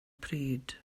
pryd